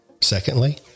Secondly